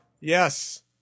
yes